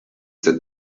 that